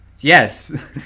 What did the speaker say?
Yes